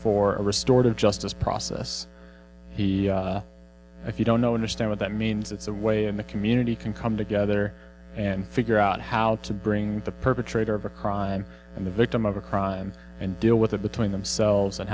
for a restored of justice process he if you don't know understand what that means it's a way in the community can come together and figure out how to bring the perpetrator of a crime and the victim of a crime and deal with it between themselves and